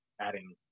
adding